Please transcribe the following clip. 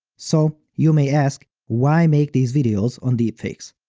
so, you may ask, why make these videos on deepfakes?